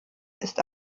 ist